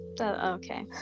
Okay